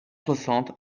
soixante